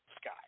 Sky